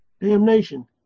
Damnation